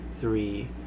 three